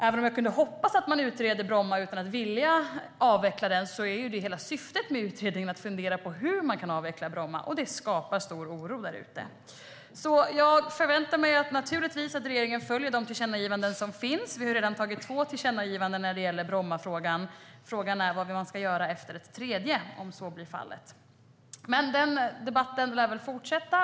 Även om jag kunde hoppas att man utreder Bromma flygplats utan att vilja avveckla den är hela syftet med utredningen att fundera på hur man kan avveckla den, och det skapar stor oro. Jag förväntar mig naturligtvis att regeringen följer de tillkännagivanden som finns. Vi har redan lämnat två tillkännagivanden i Brommafrågan. Frågan är vad man ska göra efter ett eventuellt tredje. Men den debatten lär fortsätta.